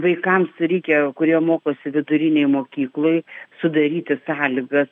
vaikams reikia kurie mokosi vidurinėj mokykloj sudaryti sąlygas